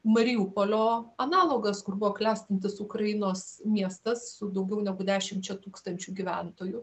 mariupolio analogas kur buvo klestintis ukrainos miestas su daugiau negu dešimčia tūkstančių gyventojų